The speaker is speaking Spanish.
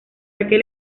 aquel